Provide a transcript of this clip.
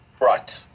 Right